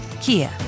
Kia